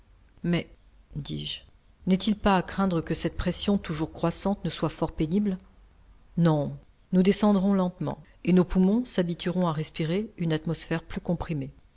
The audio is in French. mais dis-je n'est-il pas à craindre que cette pression toujours croissante ne soit fort pénible non nous descendrons lentement et nos poumons s'habitueront à respirer une atmosphère plus comprimée